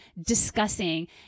discussing